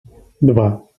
два